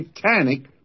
satanic